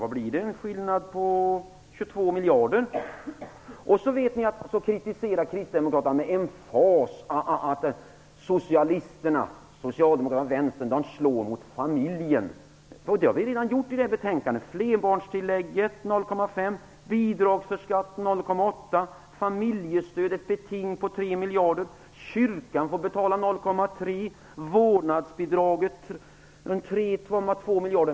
Det är en skillnad på 22 miljarder. Sedan kritiserar kristdemokraterna med emfas att socialisterna, Socialdemokraterna och Vänstern, slår mot familjen. Det har vi redan gjort i det här betänkandet. Flerbarnstillägget står för 0,5 och bidragsförskottet för 0,8 miljarder. Familjestödet har ett beting på 3 miljarder. Kyrkan får betala 0,3 miljarder. Avskaffandet av vårdnadsbidraget ger 3,2 miljarder.